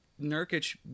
Nurkic